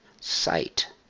sight